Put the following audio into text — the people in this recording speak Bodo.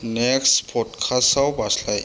नेक्स्ट पडकास्टाव बारस्लाय